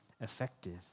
effective